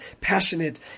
passionate